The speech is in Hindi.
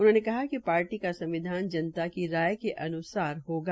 उन्होंने कहा कि पार्टी का संविधान जनता की राय के अन्सार होगा